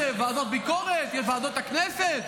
לנו יש ועדות ביקורת וועדות הכנסת.